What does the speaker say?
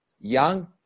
young